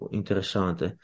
interessante